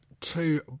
two